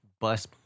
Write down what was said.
bus